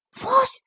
What